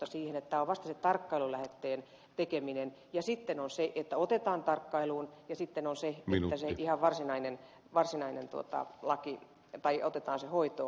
tämä on vasta se tarkkailulähetteen tekeminen ja sitten on se että otetaan tarkkailuun ja sitten nousi ylös ja varsinainen varsinainen on se että otetaan hoitoon